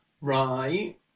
Right